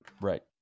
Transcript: Right